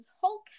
Hulk